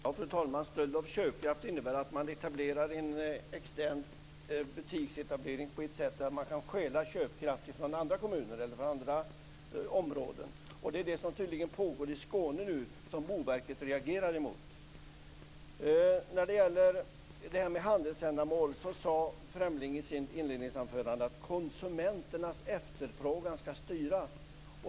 Fru talman! Stöld av köpkraft innebär att man externt etablerar en butik på så sätt att man kan stjäla köpkraft från andra kommuner eller andra områden. Det är det som tydligen pågår i Skåne nu och som Boverket reagerar mot. När det gäller det här med handelsändamål sade Fremling i sitt inledningsanförande att konsumenternas efterfrågan skall styra.